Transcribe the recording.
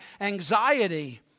anxiety